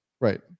Right